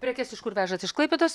prekes iš kur vežat iš klaipėdos